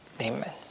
Amen